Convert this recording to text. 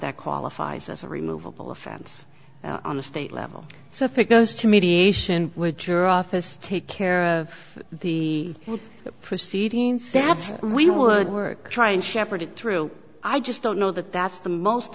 that qualifies as a removeable offense on the state level so if it goes to mediation would your office take care of the proceedings that's we would work try and shepherd it through i just don't know that that's the most